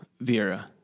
Vera